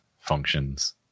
functions